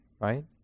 right